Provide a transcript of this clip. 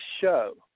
show